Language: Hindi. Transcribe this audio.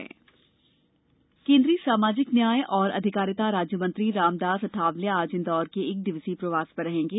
अठावले दौरा केन्द्रीय सामाजिक न्याय एवं अधिकारिता राज्य मंत्री रामदास अठावले आज इंदौर के एक दिवसीय प्रवास पर रहेंगे